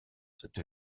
cette